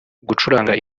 gucuranga